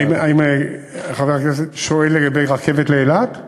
האם חבר הכנסת שואל לגבי רכבת לאילת?